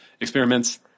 experiments